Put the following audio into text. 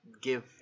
give